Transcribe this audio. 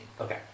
Okay